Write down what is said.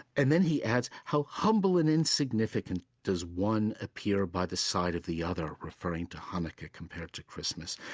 and then he adds, how humble and insignificant does one appear by the side of the other, referring to hanukkah compared to christmas.